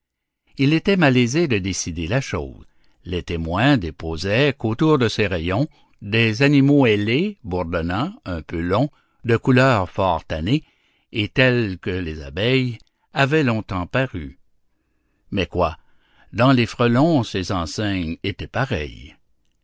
il était malaisé de décider la chose les témoins déposaient qu'autour de ces rayons des animaux ailés bourdonnants un peu longs de couleur fort tannée et tels que les abeilles avaient longtemps paru mais quoi dans les frelons ces enseignes étaient pareilles